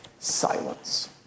Silence